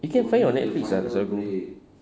you can find it on Netflix ah tak salah aku